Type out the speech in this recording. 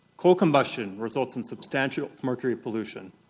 coal combustion results in substantial mercury pollution.